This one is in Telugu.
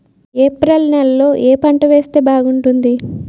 ఏప్రిల్ నెలలో ఏ పంట వేస్తే బాగుంటుంది?